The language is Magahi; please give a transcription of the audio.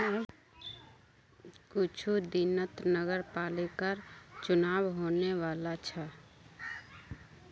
कुछू दिनत नगरपालिकर चुनाव होने वाला छ